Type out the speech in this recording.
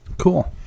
Cool